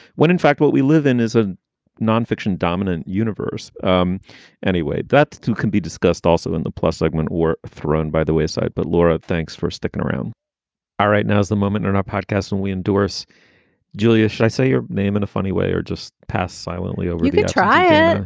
when in fact what we live in is a nonfiction dominant universe um anyway. that, too, can be discussed also in the plus segment were thrown by the wayside. but laura, thanks for sticking around all right. now is the moment in our podcast when we endorse julia. should i say your name in a funny way or just pass silently or really try it?